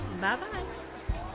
Bye-bye